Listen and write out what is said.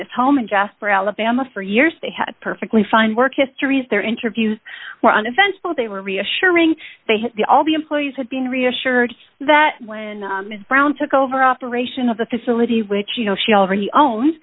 this home and jasper alabama for years they had perfectly fine work histories their interviews were undefensible they were reassuring they had the all the employees had been reassured that when ms brown took over operation of the facility which you know she already own